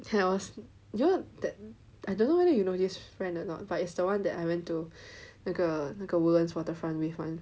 I was you know that I don't know whether you know this friend or not but it's the one that I went to 那个那个 Woodlands Waterfront with [one]